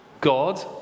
God